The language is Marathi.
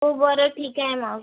हो बरं ठीक आहे मग